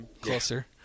Closer